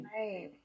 right